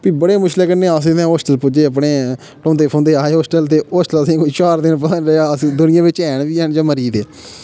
ते बड़े मुश्कलें कन्नै अस इ'यां हॉस्टल पुज्जे अपने ढोंदे फोंदे आये हॉस्टल ते हॉस्टल असें ई कोई चार दिन बाद अस दूनिया बिच हैन बी आं जां मरी दे